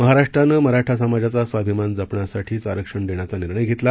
महाराष्ट्रानं मराठा समाजाचा स्वाभिमान जपण्यासाठीच आरक्षण देण्याचा निर्णय घेतला